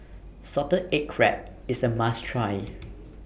Salted Egg Crab IS A must Try